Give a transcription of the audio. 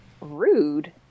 Rude